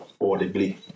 audibly